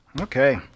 Okay